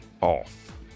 off